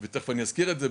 ותיכף אני אזכיר את זה,